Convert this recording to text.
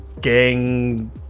gang